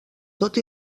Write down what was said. tot